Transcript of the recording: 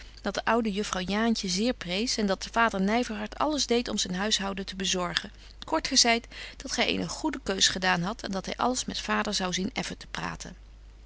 dat de oude juffrouw jaantje zeer prees en dat vader nyverhart alles deedt om zyn huishouden te bezorgen kort gezeit dat gy eene goede keus gedaan hadt en dat hy alles met vader zou zien effen te praten